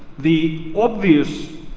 the obvious